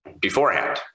beforehand